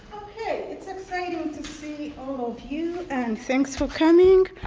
okay. it's exciting to see all of you and thanks for coming.